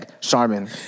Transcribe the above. Charmin